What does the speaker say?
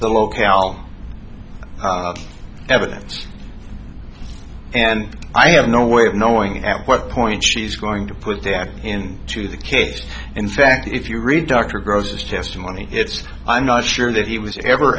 the locale evidence and i have no way of knowing at what point she's going to put the act in to the kids in fact if you read dr gross's testimony it's i'm not sure that he was ever